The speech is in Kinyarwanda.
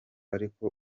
ariko